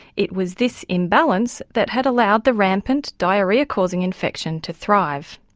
it was this imbalance that had allowed the rampant diarrhoea causing infection to thrive.